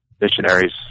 missionaries